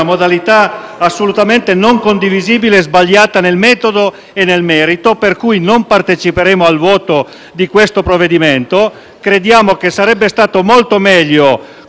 modalità assolutamente non condivisibile, sbagliata nel metodo e nel merito, per cui non parteciperemo al voto di questo emendamento. Crediamo che sarebbe stato molto meglio